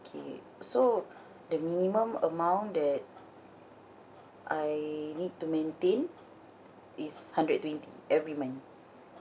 okay so the minimum amount that I need to maintain is hundred twenty every month